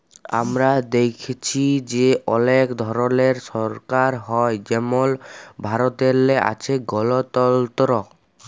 আমরা দ্যাইখছি যে অলেক ধরলের সরকার হ্যয় যেমল ভারতেল্লে আছে গলতল্ত্র